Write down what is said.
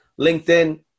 LinkedIn